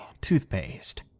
Toothpaste